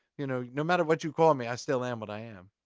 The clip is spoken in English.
you know, no matter what you call me, i still am what i am.